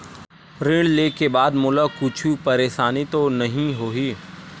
ऋण लेके बाद मोला कुछु परेशानी तो नहीं होही?